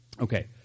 Okay